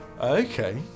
okay